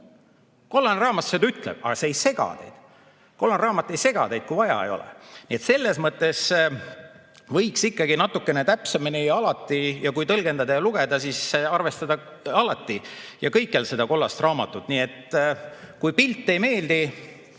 Kollane raamat seda ütleb. Aga see ei sega teid. Kollane raamat ei sega teid, kui vaja ei ole. Nii et selles mõttes võiks ikkagi natukene täpsemini alati, kui tõlgendada ja lugeda, arvestada kõikjal seda kollast raamatut. Nii et kui pilt ei meeldi,